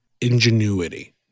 ingenuity